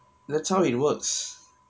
that's how it works